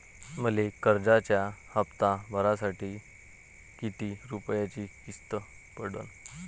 मले कर्जाचा हप्ता भरासाठी किती रूपयाची किस्त पडन?